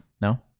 No